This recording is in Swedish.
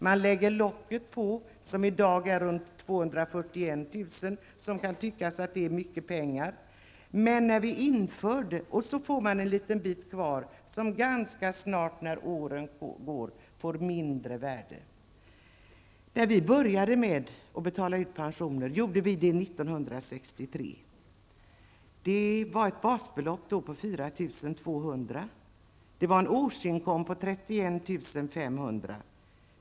Man behåller taket där det är i dag, runt 241 000 kr., vilket kan tyckas vara mycket pengar, och så får man en liten bit kvar, som ganska snart när åren går blir mindre värd. Vi började betala ut ATP-pensioner 1963. 31 500.